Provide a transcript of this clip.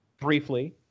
briefly